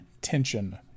tension